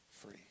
free